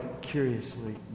curiously